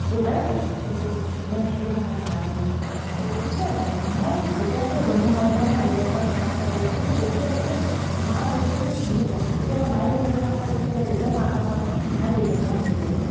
দেউতায়েও লয় কিন্তু main decision সদায় মায়ে লয় তো গতিকে মই যেতিয়াৰ পৰা জন্ম হোৱাৰ পৰা মই যেতিয়াৰ পৰা দেখা পাই আহিছোঁ তো মই দেখি আছোঁ যে মাৰ দেউতাৰ যি ভূমিকা কেতিয়াবা মায়েও দেউতাৰ কাম কৰে কেতিয়াবা দেউতায়েও মাৰ কাম কৰে কিন্তু মায়ে দেউতাৰ কাম বেছিকৈ কৰে